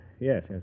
yes